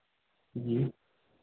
जी